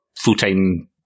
full-time